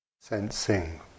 sensing